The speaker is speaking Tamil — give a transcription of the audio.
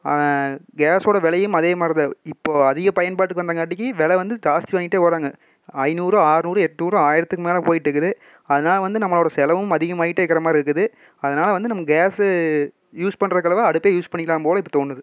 கேஸோடய விலையும் அதே மாதிரிதான் இப்போது அதிக பயன்பாட்டுக்கு வந்தங்காட்டிக்கு வெலை வந்து ஜாஸ்தி வாங்கிட்டே போகிறாங்க ஐந்நூறு ஆறுநூறு எண்நூறு ஆயிரத்துக்கு மேல் போயிட்டுக்குது அதனால் வந்து நம்மளோடய செலவும் அதிகமாகிட்டே இருக்கிற மாதிரி இருக்குது அதனால் வந்து நம்ம கேஸு யூஸ் பண்றக்களவா அடுப்பே யூஸ் பண்ணிக்கிலாம் போல இப்போ தோணுது